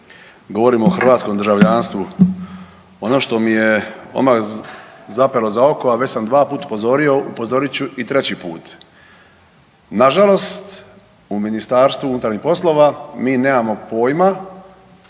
govorimo o hrvatskom državljanstvu. Ono što mi je odmah zapelo za oko, a već sam 2 puta upozorio, upozorit ću i 3 put, nažalost u MUP-u mi nemamo pojima